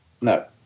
No